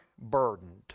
burdened